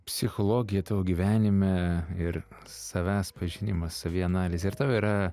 psichologija tavo gyvenime ir savęs pažinimas savianalizė ar tau yra